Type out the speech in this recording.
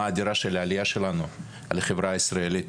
האדירה של העלייה שלנו לחברה הישראלית.